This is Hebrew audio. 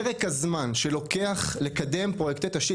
פרק הזמן שלוקח לקדם פרויקטים של תשתית